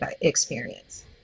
experience